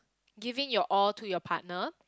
giving your all to your partner